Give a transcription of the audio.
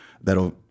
that'll